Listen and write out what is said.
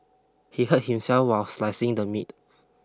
he hurt himself while slicing the meat